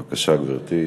בבקשה, גברתי.